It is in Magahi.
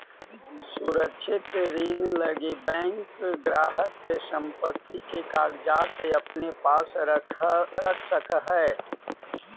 सुरक्षित ऋण लगी बैंक ग्राहक के संपत्ति के कागजात अपने पास रख सकऽ हइ